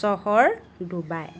চহৰ ডুবাই